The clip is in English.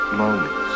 moments